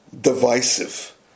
divisive